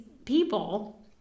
people